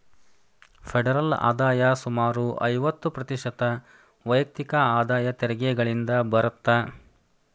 federal ಆದಾಯ ಸುಮಾರು ಐವತ್ತ ಪ್ರತಿಶತ ವೈಯಕ್ತಿಕ ಆದಾಯ ತೆರಿಗೆಗಳಿಂದ ಬರತ್ತ